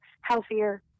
healthier